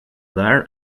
learn